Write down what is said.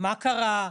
מה קרה?